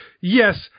yes